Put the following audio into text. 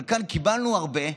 אבל כאן קיבלנו הרבה,